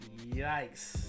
Yikes